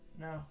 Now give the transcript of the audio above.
no